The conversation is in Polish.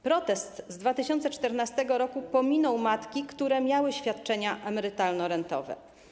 Protest z 2014 r. pominął matki, które miały świadczenia emerytalno-rentowe.